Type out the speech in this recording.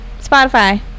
Spotify